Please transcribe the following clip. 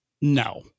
no